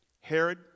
Herod